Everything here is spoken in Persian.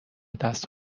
دست